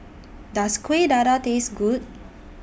Does Kuih Dadar Taste Good